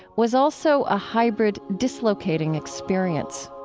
was also a hybrid dislocating experience